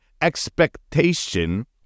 expectation